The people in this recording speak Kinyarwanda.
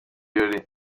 birori